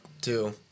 two